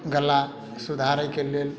गल्ला सुधारयके लेल